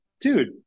dude